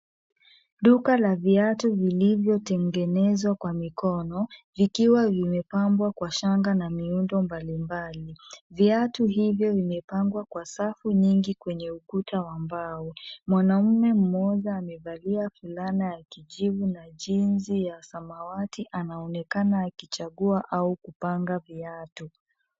Duka la viatu vilivyotengenezwa kwa mikono, vikiwa vimepambwa kwa shanga na miundo mbalimbali. Viatu hivyo vimepangwa kwa safu nyingi kwenye ukuta wa mbao. Mwanaume mmoja amevalia fulana ya kijivu na jinsi ya samawati anaonekana akichagua au kupanga viatu.